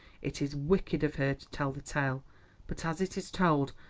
it is wicked of her to tell the tale but as it is told,